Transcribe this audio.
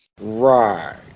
Right